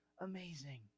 amazing